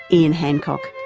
ian hancock.